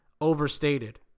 overstated